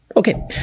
Okay